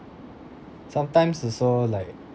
sometimes also like